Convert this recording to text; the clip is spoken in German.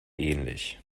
ähnlich